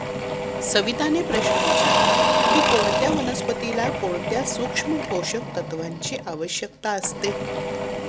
सविताने प्रश्न विचारला की कोणत्या वनस्पतीला कोणत्या सूक्ष्म पोषक तत्वांची आवश्यकता असते?